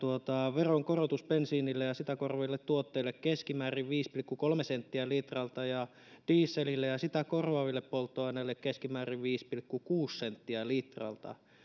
veronkorotus bensiinille ja sitä korvaaville tuotteille on keskimäärin viisi pilkku kolme senttiä litralta ja dieselille ja sitä korvaaville polttoaineille keskimäärin viisi pilkku kuusi senttiä litralta